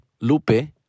Lupe